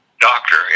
doctor